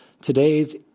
Today's